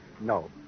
No